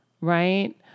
right